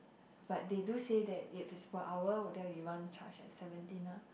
but they do say that if it's per hour would they be want charge at seventeen ah